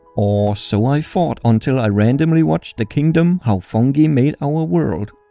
or so i thought until i randomly watched the kingdom how fungi made our world.